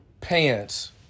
pants